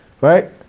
right